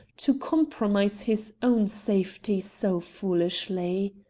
to compromise his own safety so foolishly!